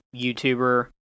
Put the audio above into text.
youtuber